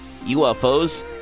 UFOs